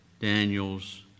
Daniels